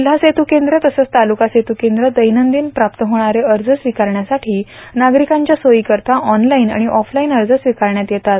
जिल्हा सेतुकेंद्र तसंच तालुका सेतुकेंद्र दैनंदिन प्राप्त होणारे अर्ज स्वीकारण्यासाठी नागरिकांच्या सोयी करिता ऑनलाईन आणि ऑफलाईन अर्ज स्वीकारण्यात येतात